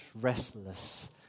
restless